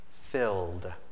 filled